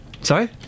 sorry